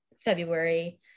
February